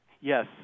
Yes